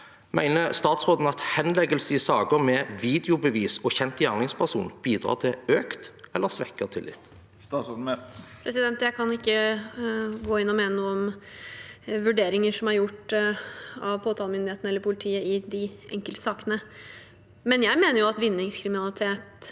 Mener statsråden at henleggelse i saker med videobevis og kjent gjerningsperson bidrar til økt eller svekket tillit? Statsråd Emilie Mehl Jeg kan ikke gå inn og mene noe om vurderinger som er gjort av påtalemyndigheten eller politiet i de enkeltsakene. Men jeg mener at vinningskriminalitet